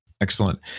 Excellent